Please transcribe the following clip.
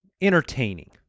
entertaining